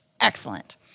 excellent